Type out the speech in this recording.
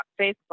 Facebook